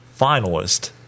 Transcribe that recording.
finalist